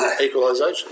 Equalisation